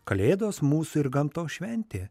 kalėdos mūsų ir gamtos šventė